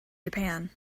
japan